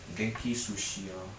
genki sushi ah